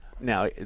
Now